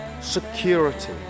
security